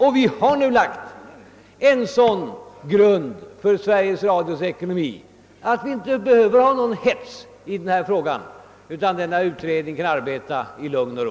Nu har vi lagt en sådan grund för Sveriges Radios ekonomi att vi inte behöver ha någon hets i denna fråga utan kan låta utredningen arbeta i lugn och ro.